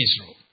Israel